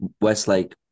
Westlake